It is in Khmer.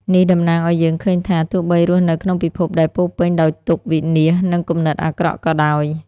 នេះតំណាងឲ្យយើងឃើញថា ទោះបីរស់នៅក្នុងពិភពដែលពោរពេញដោយទុក្ខ វិនាស និងគំនិតអាក្រក់ក៏ដោយ។